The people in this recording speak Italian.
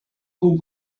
con